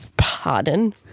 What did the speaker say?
Pardon